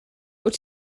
wyt